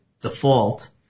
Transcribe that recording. default